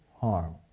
harm